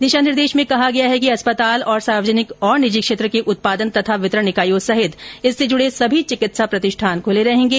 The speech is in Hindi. दिशा निर्देशों में यह भी कहा गया है कि अस्पताल और सार्वजनिक और निजी क्षेत्र के उत्पादन तथा वितरण इकाईयों सहित इससे जुड़े सभी चिकित्सा प्रतिष्ठान खूले रहेगें